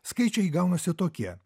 skaičiai gaunasi tokie